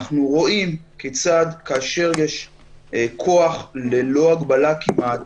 אנחנו רואים כיצד כאשר יש כוח ללא הגבלה כמעט